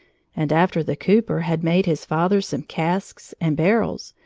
and after the cooper had made his father some casks and barrels,